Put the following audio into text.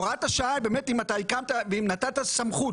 הוראת השעה היא אם אתה הקמת ואם נתת סמכות,